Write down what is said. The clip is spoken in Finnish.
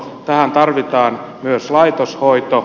tähän tarvitaan myös laitoshoito